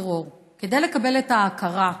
לטרור כדי לקבל את ההכרה.